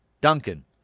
Duncan